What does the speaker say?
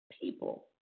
people